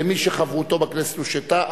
התשע"א 2011,